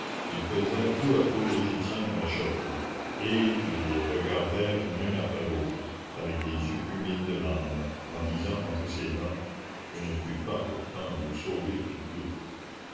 il pesait tour à tour l'égyptienne et la chèvre et il les regardait l'une après l'autre avec des yeux humides de larmes en disant entre ses dents je ne puis pas pourtant vous sauver toutes deux